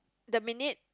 the minute